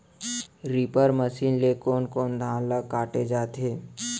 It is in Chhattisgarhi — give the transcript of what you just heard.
रीपर मशीन ले कोन कोन धान ल काटे जाथे?